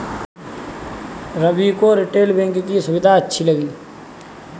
रवि को retail banking की सुविधाएं अच्छी लगी